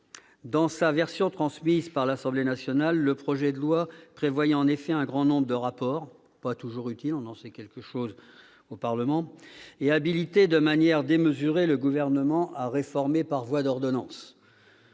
Dans sa version transmise par l'Assemblée nationale, le projet de loi prévoyait, en effet, un grand nombre de rapports, pas toujours utiles- les membres du Parlement en savent quelque chose -, et habilitait de manière démesurée le Gouvernement à réformer par voie d'ordonnance.